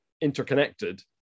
interconnected